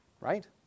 right